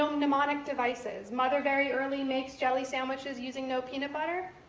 um mnemonic devices. mother very early makes jelly sandwiches using no peanut butter,